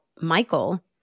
Michael